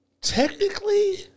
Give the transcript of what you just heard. Technically